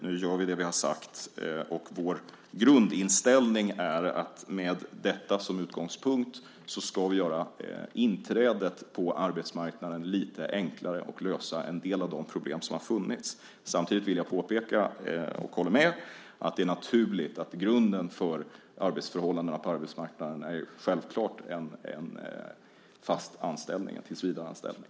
Nu gör vi det vi har sagt. Vår grundinställning är att vi med detta som utgångspunkt ska göra inträdet på arbetsmarknaden lite enklare och lösa en del av de problem som har funnits. Samtidigt vill jag påpeka och håller med om att grunden för arbetsförhållandena på arbetsmarknaden självklart är en fast anställning, en tillsvidareanställning.